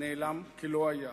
נעלם כלא-היה.